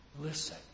Listen